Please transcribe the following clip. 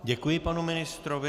Děkuji panu ministrovi.